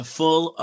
full